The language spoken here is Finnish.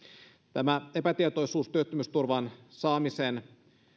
tämä epätietoisuus työttömyysturvan saamisen